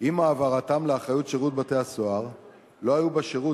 עם העברתם לאחריות שירות בתי-הסוהר לא היו בשירות